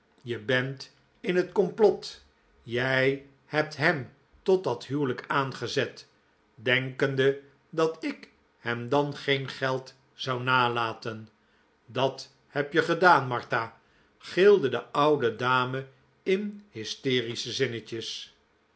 je bent in het complot jij hebt hem tot dat huwelijk aangezet denkende dat ik hem dan geen geld zou nalaten dat heb je gedaan martha gilde de oude dame in hysterische zinnetjes